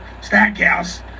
Stackhouse